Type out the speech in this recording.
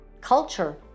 culture